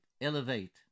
elevate